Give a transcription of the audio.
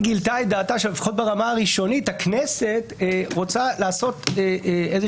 גילתה את דעתה שלפחות ברמה הראשונית הכנסת רוצה לעשות איזה